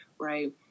right